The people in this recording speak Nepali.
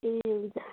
ए हुन्छ